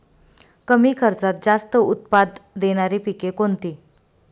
कमी खर्चात जास्त उत्पाद देणारी पिके कोणती?